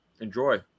Enjoy